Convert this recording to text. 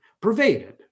pervaded